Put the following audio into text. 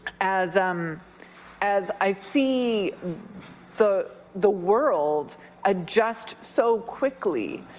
as um as i see the the world adjust so quickly,